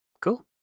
cool